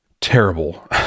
Terrible